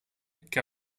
che